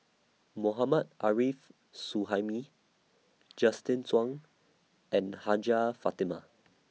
Mohammad Arif Suhaimi Justin Zhuang and Hajjah Fatimah